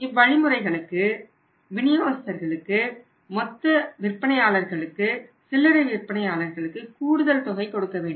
இவ்வழிமுறைகளுக்கு விநியோகஸ்தர்களுக்கு மொத்த விற்பனையாளர்களுக்கு சில்லறை விற்பனையாளர்களுக்கு கூடுதல் தொகை கொடுக்க வேண்டும்